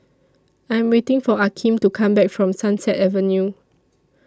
I Am waiting For Akeem to Come Back from Sunset Avenue